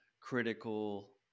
critical